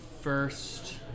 first